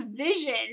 vision